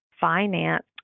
finance